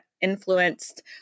influenced